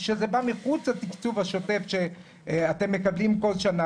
שזה בא מחוץ לתיקצוב השוטף שאתם מקבלים כל שנה,